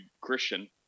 Christian